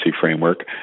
framework